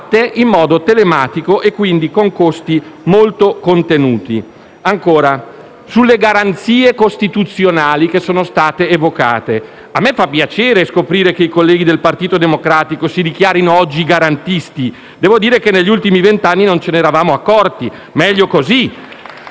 in modo telematico e quindi con costi molto contenuti. Ancora: per quanto riguarda le garanzie costituzionali che sono state evocate, a me fa piacere scoprire che i colleghi del Partito Democratico si dichiarino oggi garantisti. Devo dire che negli ultimi vent'anni non ce ne eravamo accorti. *(Applausi